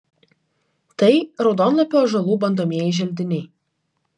tai raudonlapių ąžuolų bandomieji želdiniai